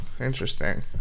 interesting